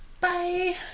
Bye